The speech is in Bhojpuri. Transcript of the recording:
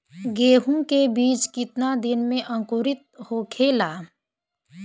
गेहूँ के बिज कितना दिन में अंकुरित होखेला?